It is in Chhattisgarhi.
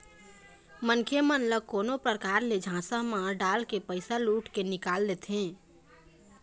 मनखे मन ल कोनो परकार ले झांसा म डालके पइसा लुट के निकाल लेथें